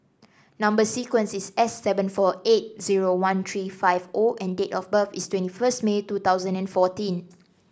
Number sequence is S seven four eight zero one three five O and date of birth is twenty first May two thousand and fourteen